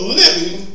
living